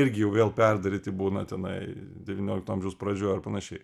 irgi jau vėl perdaryti būna tenai devyniolikto amžiaus pradžioj ar panašiai